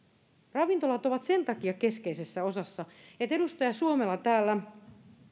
ravintolat ovat sen takia keskeisessä osassa mistä edustaja suomela täällä